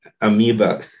amoeba